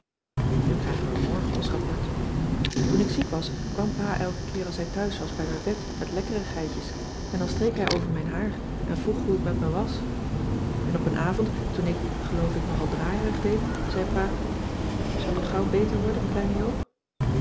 nu krijgen we morgen ons rapport toen ik ziek was cissy van marxveldt de h b s tijd van joop ter heul kwam pa elken keer als hij thuis was bij mijn bed met lekkerigheidjes en dan streek hij over mijn haar en vroeg hoe t met me was en op een avond toen ik geloof ik nog al draaierig deed zei pa zul je gauw beter worden kleine joop